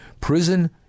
prison